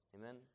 Amen